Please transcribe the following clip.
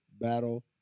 battle